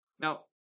Now